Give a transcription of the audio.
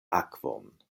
akvon